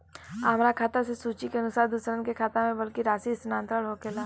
आ हमरा खाता से सूची के अनुसार दूसरन के खाता में बल्क राशि स्थानान्तर होखेला?